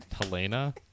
Helena